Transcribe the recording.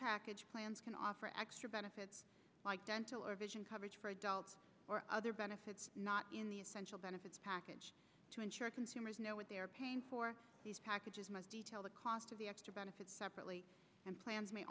package plans can offer extra benefits like dental or vision coverage for adults or other benefits not in the essential benefits package to ensure consumers know what they are paying for these packages must detail the cost of the extra benefits separately and plans m